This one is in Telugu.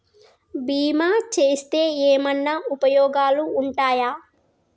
బీమా చేస్తే ఏమన్నా ఉపయోగాలు ఉంటయా?